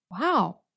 Wow